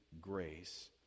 grace